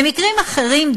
במקרים אחרים,